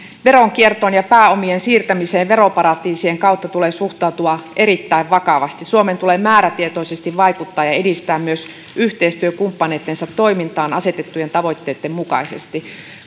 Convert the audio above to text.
veronkiertoon ja pääomien siirtämiseen veroparatiisien kautta tulee suhtautua erittäin vakavasti suomen tulee määrätietoisesti vaikuttaa ja edistää myös yhteistyökumppaneidensa toimintaa asetettujen tavoitteiden mukaisesti